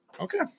Okay